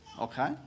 Okay